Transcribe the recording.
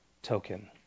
Token